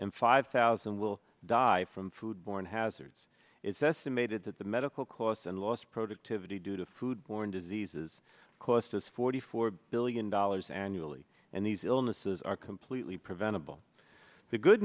and five thousand will die from food borne hazards it's estimated that the medical costs and lost productivity due to food borne diseases cost us forty four billion dollars annually and these illnesses are completely preventable the good